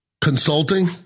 consulting